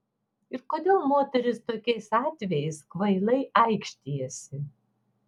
ir kodėl moterys tokiais atvejais kvailai aikštijasi